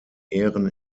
ehren